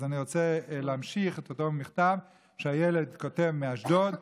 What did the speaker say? אז אני רוצה להמשיך את אותו מכתב שהילד מאשדוד כתב.